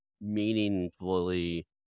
meaningfully